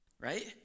right